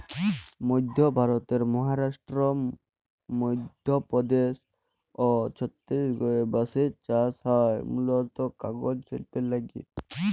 মইধ্য ভারতের মহারাস্ট্র, মইধ্যপদেস অ ছত্তিসগঢ়ে বাঁসের চাস হয় মুলত কাগজ সিল্পের লাগ্যে